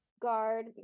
guard